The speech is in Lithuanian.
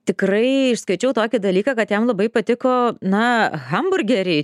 tikrai išskaičiau tokį dalyką kad jam labai patiko na hamburgeriai